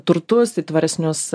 turtus į tvaresnius